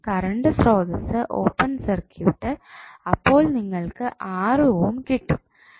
കാരണം കറണ്ട് സ്രോതസ്സ് open circuit അപ്പോൾ നിങ്ങൾക്ക് 6 ഓം കിട്ടും